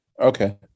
okay